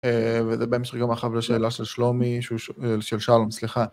וזה באמת גם עכשיו זו שאלה של שלומי, של שלום, סליחה.